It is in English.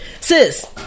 Sis